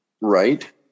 Right